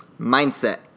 Mindset